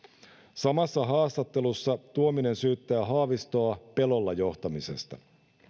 samassa haastattelussa tuominen syyttää haavistoa pelolla johtamisesta